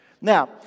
Now